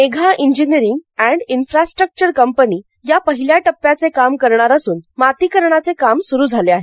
Medha engineering and infrastructure company या पहिल्या टप्प्याचे काम करणार असून मातीकरणाचे काम स्रू झाले आहे